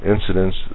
incidents